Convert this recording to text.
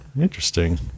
Interesting